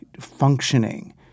functioning